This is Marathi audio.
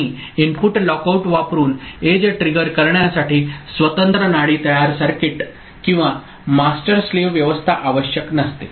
आणि इनपुट लॉकआउट वापरुन एज ट्रिगर करण्यासाठी स्वतंत्र नाडी तयार सर्किट किंवा मास्टर स्लेव्ह व्यवस्था आवश्यक नसते